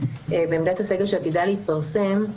בעמדת הסגל שעתידה להתפרסם,